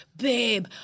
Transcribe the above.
Babe